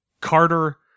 Carter